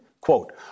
Quote